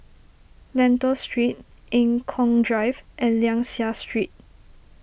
Lentor Street Eng Kong Drive and Liang Seah Street